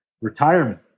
retirement